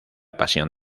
pasión